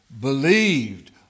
believed